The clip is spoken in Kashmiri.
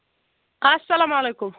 السلامُ علیکُم